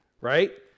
right